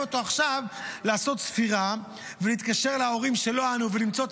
אותו עכשיו לעשות ספירה ולהתקשר להורים ולמצוא את